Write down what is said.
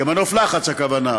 כמנוף לחץ, הכוונה.